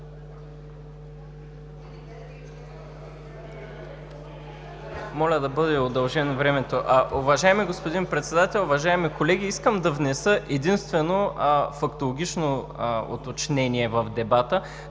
Моля да бъде удължено времето. Уважаеми господин Председател, уважаеми колеги! Искам да внеса единствено фактологично уточнение в дебата,